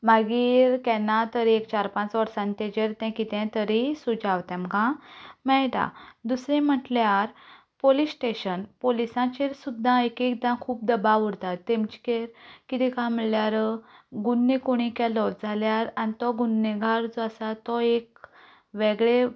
मागीर केन्ना तरी एक चार पांच वर्सान ताजेर ते कितें तरी सुजाव तेमकां मेळटा दुसरें म्हणटल्यार पोलीस स्टेशन पोलीसांचेर सुद्दां एक एकदां खूब दबाव उरता तेमचे किदें काम म्हणल्यार गुण्ण्य कोणी केलो जाल्यार आनी तो गुणेगार जो आसा तो एक वेगळे